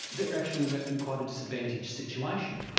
they're actually you know in quite a disadvantaged situation.